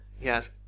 Yes